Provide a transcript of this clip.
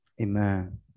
Amen